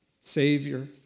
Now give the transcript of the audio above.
savior